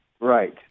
Right